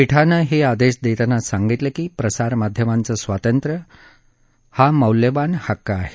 पिठानं हे आदेश देताना सांगितलं की प्रसारमाध्यमांचं स्वातंत्र्य हा मौल्यवान हक्क आहे